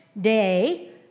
day